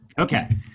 Okay